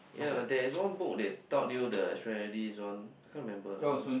ya there is one book they taught you the strategies one I can't remember ah that one